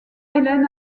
helen